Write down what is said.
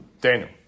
Daniel